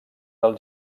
del